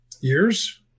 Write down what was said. years